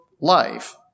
life